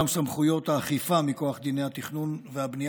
גם סמכויות האכיפה מכוח דיני התכנון והבנייה